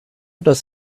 does